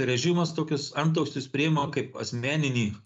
režimas tokius antausius priima kaip asmeninį